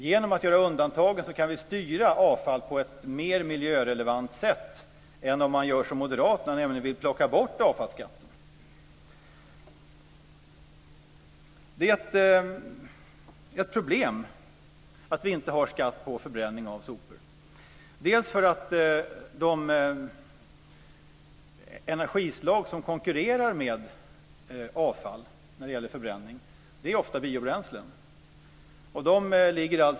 Genom att göra undantagen kan vi styra avfall på ett mer miljörelevant sätt än om man som Moderaterna vill plocka bort avfallsskatten. Det är ett problem att vi inte har skatt på förbränning av sopor.